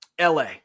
LA